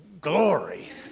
Glory